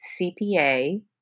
CPA